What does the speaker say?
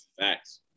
Facts